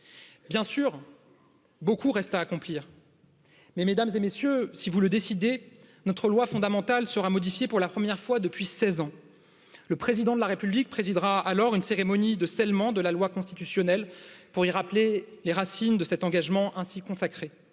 bien sûr beaucoup reste à accomplir mais mesdames et messieurs si vous le décidez notre loi fondamentale sera modifiée pour la première fois depuis seize ans le président de la république présidera une cérémonie de scellement de la loi constitutionnelle pour yy rappeler les racines de cet engagement ainsi consacré.